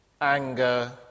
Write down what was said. anger